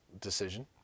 decision